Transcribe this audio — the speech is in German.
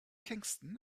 kingstown